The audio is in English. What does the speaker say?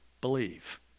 believe